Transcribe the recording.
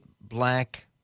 black